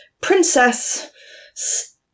princess